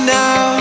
now